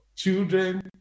Children